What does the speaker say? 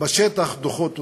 בשטח דוחות אותה.